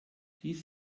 dies